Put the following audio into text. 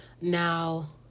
Now